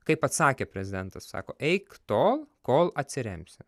kaip atsakė prezidentas sako eik tol kol atsiremsi